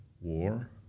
War